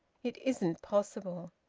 it isn't possible!